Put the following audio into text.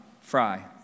fry